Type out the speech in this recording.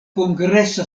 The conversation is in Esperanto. kongresa